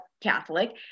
Catholic